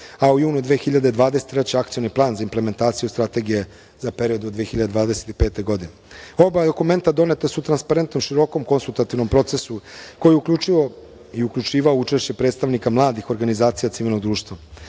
a u junu 2023. Akcioni plan za implementaciju Strategije za period do 2025. godine. Oba ova dokumenta doneta su transparentno, u širokom konsultativnom procesu koji je uključio i uključivao učešće predstavnika mladih organizacija civilnog društva. Opštim